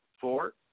four